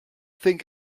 think